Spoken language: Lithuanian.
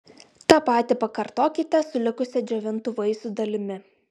tą patį pakartokite su likusia džiovintų vaisių dalimi